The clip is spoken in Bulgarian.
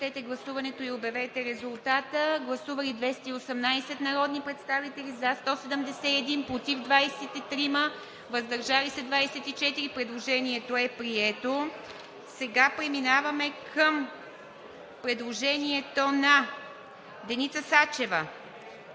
Преминаваме към предложението на Деница Сачева